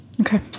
Okay